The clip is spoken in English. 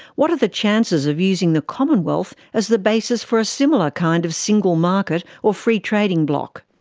what are the chances of using the commonwealth as the basis for a similar kind of single market or free trading bloc?